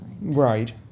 Right